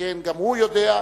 שכן גם הוא יודע,